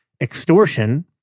extortion